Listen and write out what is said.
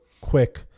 quick